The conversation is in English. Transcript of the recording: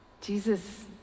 Jesus